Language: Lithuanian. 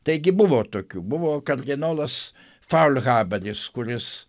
taigi buvo tokių buvo kardinolas faulhaberis kuris